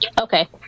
Okay